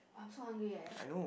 !wah! I'm so hungry eh